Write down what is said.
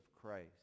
Christ